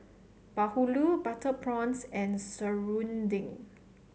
Bahulu Butter Prawns and Serunding